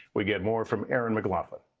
we get more from erin mclaughlin.